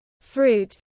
fruit